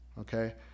okay